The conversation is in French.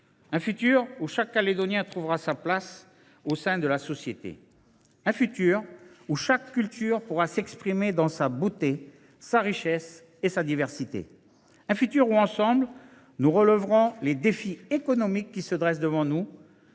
Un avenir où chaque Calédonien trouvera sa place au sein de la société. Un avenir où chaque culture pourra s’exprimer dans sa beauté, sa richesse et sa diversité. Un avenir où, ensemble, nous relèverons les défis économiques qui se dressent devant nous.